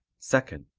second